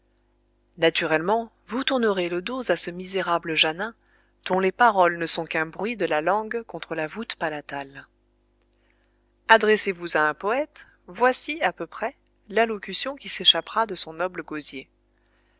naturellement vous tournerez le dos à ce misérable jeannin dont les paroles ne sont qu'un bruit de la langue contre la voûte palatale adressez-vous à un poète voici à peu près l'allocution qui s'échappera de son noble gosier